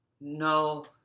No